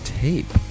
tape